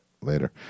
later